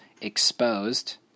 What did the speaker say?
Exposed